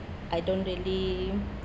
I don't really